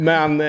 Men